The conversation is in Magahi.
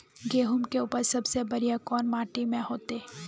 गेहूम के उपज सबसे बढ़िया कौन माटी में होते?